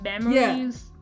memories